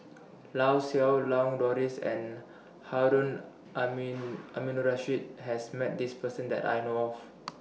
Lau Siew Lang Doris and Harun Amin Aminurrashid has Met This Person that I know of